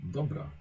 Dobra